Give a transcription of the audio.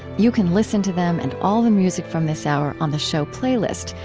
you can listen to them and all the music from this hour on the show playlist.